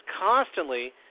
constantly